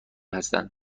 هستن